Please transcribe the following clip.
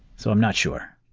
so i'm not sure